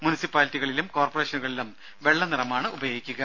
മുനിസിപ്പാലിറ്റികളിലും കോർപ്പറേഷനുകളിലും വെള്ള നിറമാണ് ഉപയോഗിക്കുക